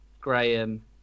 Graham